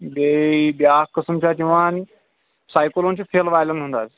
بیٚیہِ بیٛاکھ قٕسم چھُ اَتھ یِوان سایکلوٗن چھُ فِل والیٚن ہُنٛد حظ